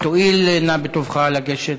תואיל נא בטובך לגשת.